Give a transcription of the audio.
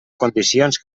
condicions